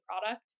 product